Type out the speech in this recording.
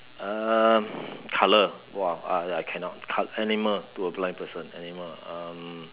um colour !wah! I I cannot co~ animal to a blind person animal um